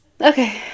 Okay